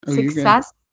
Success